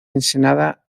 ensenada